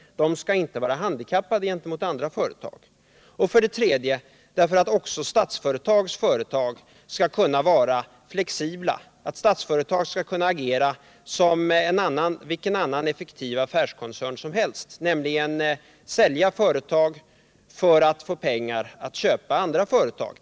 De skall inte vara handikappade gentemot andra företag. 3. Statsföretags företag skall kunna vara flexibla. Statsföretag skall kunna agera som vilken annan effektiv affärskoncern som helst och t.ex. sälja företag för att få pengar att köpa andra företag.